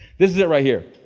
this is it right here.